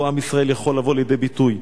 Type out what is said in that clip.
שבה עם ישראל יכול לבוא לידי ביטוי.